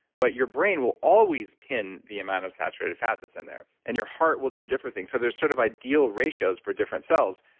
but your brain will always pin the amount of saturated fat that's in there, and your heart will do different things. so there's sort of ideal ratios for different cells,